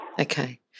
okay